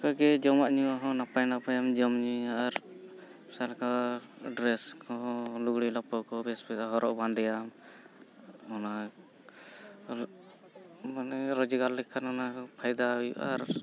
ᱚᱱᱠᱟ ᱜᱮ ᱡᱚᱢᱟᱜ ᱧᱩᱣᱟᱜ ᱦᱚᱸ ᱱᱟᱯᱟᱭ ᱱᱟᱯᱟᱭᱮᱢ ᱡᱚᱢᱼᱧᱩᱭᱟ ᱟᱨ ᱥᱚᱨᱠᱟᱨ ᱰᱨᱮᱥ ᱠᱚᱦᱚᱸ ᱞᱩᱜᱽᱲᱤ ᱞᱟᱯᱚ ᱠᱚ ᱵᱮᱥ ᱵᱮᱥ ᱦᱚᱨᱚᱜ ᱵᱟᱸᱫᱮᱭᱟᱢ ᱚᱱᱟ ᱢᱟᱱᱮ ᱨᱚᱡᱽᱜᱟᱨ ᱞᱮᱠᱷᱟᱱ ᱚᱱᱟ ᱯᱷᱟᱭᱫᱟ ᱦᱩᱭᱩᱜᱼᱟ ᱟᱨ